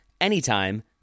anytime